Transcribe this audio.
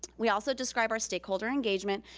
we also describe our stakeholder engagement.